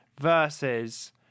Versus